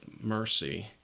mercy